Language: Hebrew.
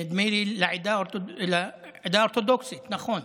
נדמה לי, לעדה האורתודוקסית, נכון,